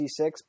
C6